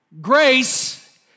grace